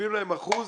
מוסיפים להם אחוז